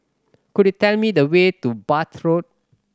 could you tell me the way to Bath Road